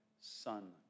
Son